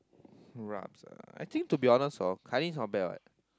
rabs ah I think to be honest hor Kai-Li is not bad [what]